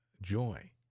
joy